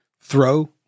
throw